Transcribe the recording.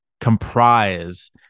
comprise